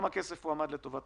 x כסף, מתוכם